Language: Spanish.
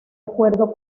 acuerdo